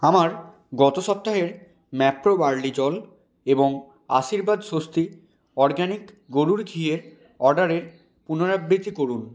আমার গত সপ্তাহের ম্যাপ্রো বার্লি জল এবং আশীর্বাদ স্বস্তি অরগ্যানিক গরুর ঘিয়ের অর্ডারের পুনরাবৃত্তি করুন